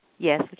Yes